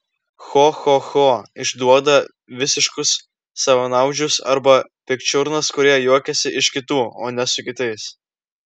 cho cho cho išduoda visiškus savanaudžius arba pikčiurnas kurie juokiasi iš kitų o ne su kitais